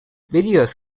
videos